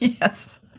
Yes